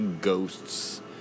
ghosts